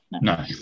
No